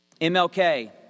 MLK